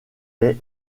est